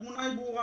התמונה ברורה